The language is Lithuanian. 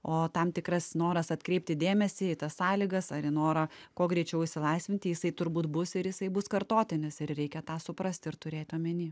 o tam tikras noras atkreipti dėmesį į tas sąlygas ar į norą kuo greičiau išsilaisvinti jisai turbūt bus ir jisai bus kartotinis ir reikia tą suprasti ir turėt omeny